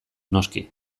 noski